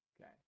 Okay